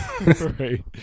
Right